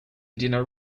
dinner